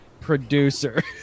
producer